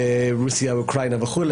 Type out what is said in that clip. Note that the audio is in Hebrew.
ברוסיה ואוקראינה וכו',